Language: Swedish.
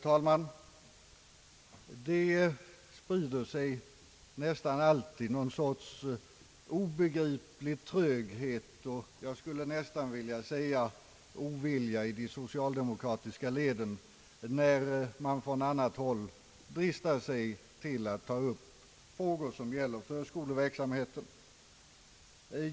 Herr talman! Det sprider sig nästan alltid någon sorts obegriplig tröghet och — jag skulle nästan vilja säga — ovilja i de socialdemokratiska leden när man från annat håll dristar sig till att ta upp frågor som gäller förskoleverksamheten.